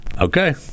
Okay